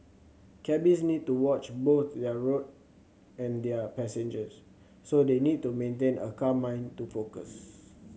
cabbies need to watch both their road and their passengers so they need to maintain a calm mind to focus